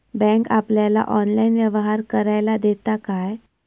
Bank आपल्याला online व्यवहार करायला देता काय?